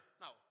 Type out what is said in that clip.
Now